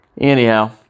Anyhow